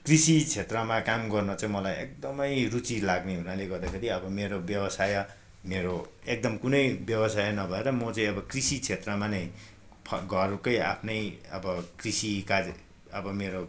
कृषि क्षेत्रमा काम गर्न चाहिँ मलाई एकदमै रुचि लाग्ने हुनाले गर्दाखेरि अब मेरो व्यवसाय मेरो एकदम कुनै व्यवसाय नभएर म चाहिँ अब कृषि क्षेत्रमा नै फ घरकै आफ्नै अब कृषि कार्य अब मेरो